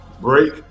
break